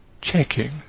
checking